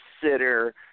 consider